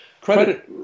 credit